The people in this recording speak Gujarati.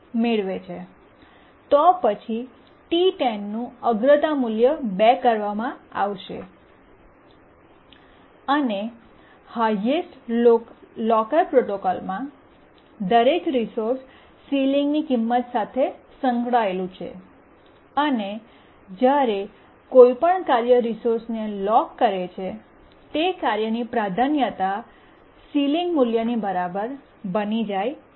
તો પછી T10 નું અગ્રતા મૂલ્ય 2 કરવામાં આવશે અને હાયેસ્ટ લોકર પ્રોટોકોલમાં દરેક રિસોર્સ સીલીંગની કિંમત સાથે સંકળાયેલું છે અને જ્યારે કોઈપણ કાર્ય રિસોર્સને લોક કરે છે તે કાર્યની પ્રાધાન્યતા સીલીંગ મૂલ્યની બરાબર બની જાય છે